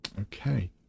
Okay